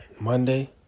Monday